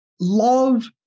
love